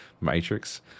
matrix